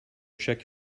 check